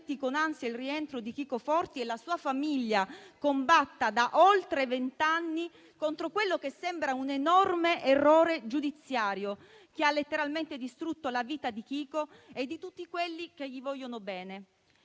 con ansia il rientro di Chico Forti e la sua famiglia combatta da oltre vent'anni contro quello che sembra un enorme errore giudiziario, che ha letteralmente distrutto la vita sua e di tutti quelli che gli vogliono bene.